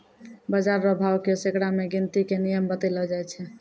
बाजार रो भाव के सैकड़ा मे गिनती के नियम बतैलो जाय छै